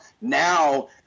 now